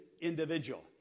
individual